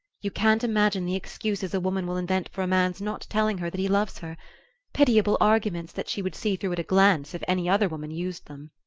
you can't imagine the excuses a woman will invent for a man's not telling her that he loves her pitiable arguments that she would see through at a glance if any other woman used them!